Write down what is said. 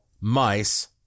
mice